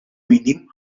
mínim